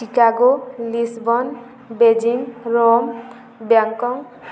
Chicago Lisburn Beijing Rome Bangkok